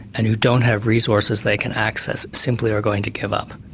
and who don't have resources they can access, simply are going to give up.